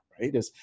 right